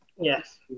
Yes